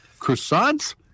croissants